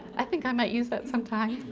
i think i might use that sometime.